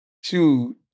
Shoot